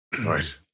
Right